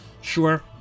sure